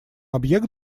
объект